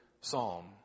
Psalm